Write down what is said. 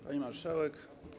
Pani Marszałek!